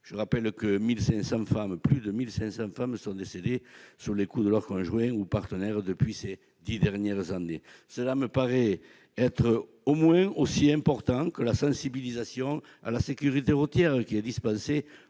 Je rappelle que plus de 1 500 femmes sont décédées sous les coups de leur conjoint ou partenaire ces dix dernières années. Cela me paraît au moins aussi important que la sensibilisation à la sécurité routière dispensée